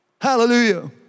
Hallelujah